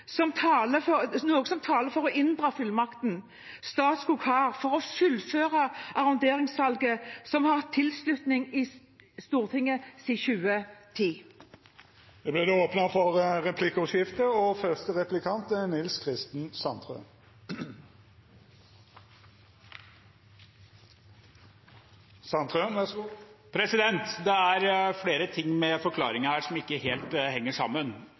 noe som taler for å inndra fullmakten Statskog har for å fullføre arronderingssalget, som har hatt tilslutning i Stortinget